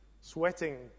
sweating